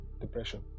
depression